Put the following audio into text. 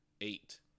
eight